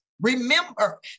remember